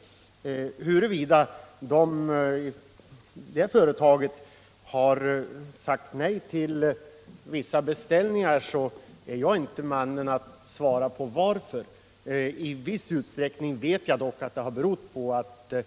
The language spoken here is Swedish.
Om det är på det sättet att företaget har sagt nej till vissa beställningar, så är jag inte mannen att tala om varför. Jag vet dock att det i viss utsträckning berott på att det